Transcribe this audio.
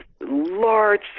large